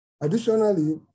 Additionally